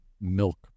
milk